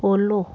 follow